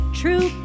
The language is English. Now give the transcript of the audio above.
true